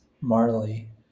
Marley